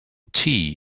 tea